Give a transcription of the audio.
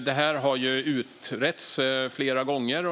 Detta har utretts flera gånger.